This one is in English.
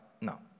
No